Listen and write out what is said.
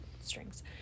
strings